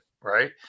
right